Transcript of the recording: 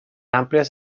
àmplies